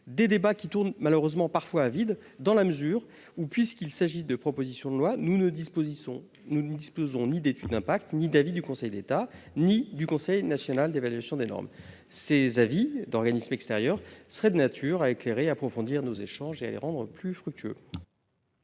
parfois à vide, malheureusement, dans la mesure où, s'agissant de propositions de loi, nous ne disposons ni d'étude d'impact, ni d'avis du Conseil d'État, ni d'avis du Conseil national d'évaluation des normes. De tels avis d'organismes extérieurs seraient de nature à éclairer et à approfondir nos échanges, les rendant plus fructueux.